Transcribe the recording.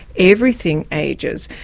everything ages.